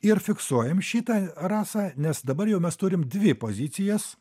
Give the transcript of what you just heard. ir fiksuojam šitą rasa nes dabar jau mes turim dvi pozicijas